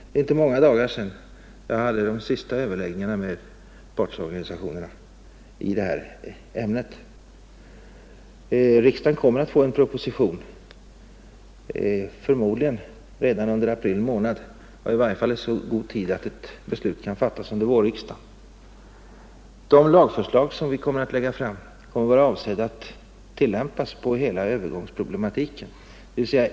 Det är inte många dagar sedan jag hade de sista överläggningarna med partsorganisationerna i detta ämne, och riksdagen kommer förmodligen redan under april månad att få en proposition på sitt bord, eller i varje fall i så god tid att beslut kan fattas under vårsessionen. De lagförslag som vi kommer att lägga fram är avsedda att tillämpas på hela övergångsproblematiken.